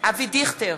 אבי דיכטר,